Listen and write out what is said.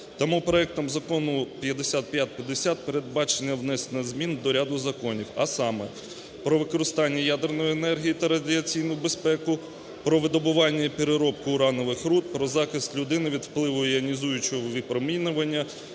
Тому проектом Закону 5550 передбачено внесення змін до ряду Законів, а саме: "Про використання ядерної енергії та радіаційну безпеку", "Про видобування і переробку уранових руд", "Про захист людини від впливу іонізуючого випромінювання",